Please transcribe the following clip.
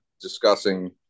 discussing –